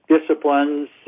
disciplines